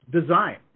design